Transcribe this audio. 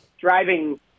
driving